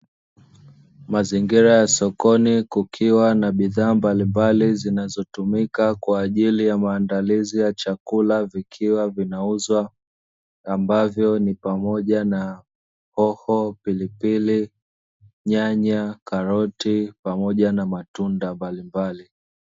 Mazingira ya sokoni kukiwa na bidhaa mbalimbali zinazotumika kwa ajili ya maandalizi ya chakula vikiwa vinauzwa, ambavyo ni pamoja na: hoho, pilipili, nyanya, karoti pamoja na matunda mbalimbali.